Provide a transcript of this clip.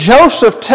Joseph